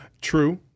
True